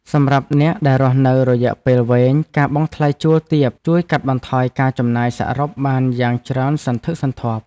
សម្រាប់អ្នកដែលរស់នៅរយៈពេលវែងការបង់ថ្លៃជួលទាបជួយកាត់បន្ថយការចំណាយសរុបបានយ៉ាងច្រើនសន្ធឹកសន្ធាប់។